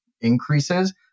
increases